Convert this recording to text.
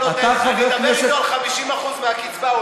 אני אדבר איתו על 50% מהקצבה,